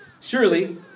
Surely